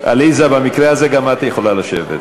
עליזה, במקרה הזה גם את יכולה לשבת.